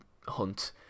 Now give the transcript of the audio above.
hunt